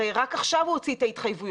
הרי רק עכשיו הוא הוציא את ההתחייבויות.